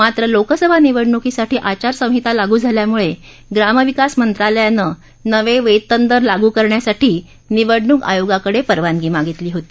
मात्र लोकसभा निवडणुकीसाठी आचारसंहिता लागू झाल्यामुळे ग्रामविकास मंत्रालयानं नवे वेतन दर लागू करण्यासाठी निवडणूक आयोगाकडे परवानगी मागितली होती